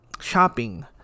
shopping